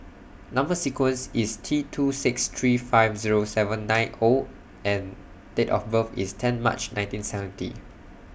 Number sequence IS T two six three five Zero seven nine O and Date of birth IS ten March nineteen seventy